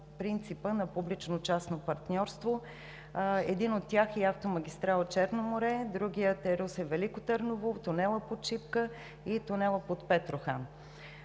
принципа на публично-частно партньорство. Един от тях е автомагистрала „Черно море“, другите са Русе – Велико Търново, тунелът под „Шипка“ и тунелът под „Петрохан“.